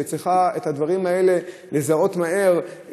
שצריכה לזהות מהר את הדברים האלה.